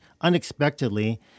unexpectedly